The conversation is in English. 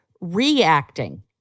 reacting